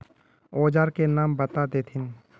औजार के नाम बता देथिन?